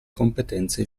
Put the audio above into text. competenze